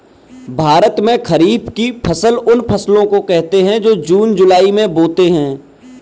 भारत में खरीफ की फसल उन फसलों को कहते है जो जून जुलाई में बोते है